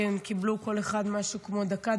כי הם קיבלו כל אחד משהו כמו דקה,